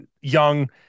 Young